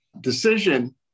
decision